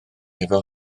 efo